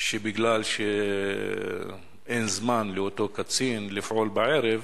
שבגלל שאין זמן לאותו קצין לפעול בערב,